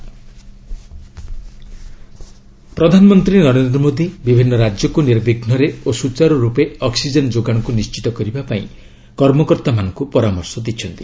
PM oxygen ପ୍ରଧାନମନ୍ତ୍ରୀ ନରେନ୍ଦ୍ର ମୋଦୀ ବିଭିନ୍ନ ରାଜ୍ୟକୁ ନିର୍ବିଘ୍ନରେ ଓ ସୂଚାରୁରୂପେ ଅକ୍ଟିଜେନ୍ ଯୋଗାଶକୁ ନିଶ୍ଚିତ କରିବା ପାଇଁ କର୍ମକର୍ତ୍ତାମାନଙ୍କୁ ପରାମର୍ଶ ଦେଇଛନ୍ତି